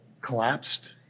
collapsed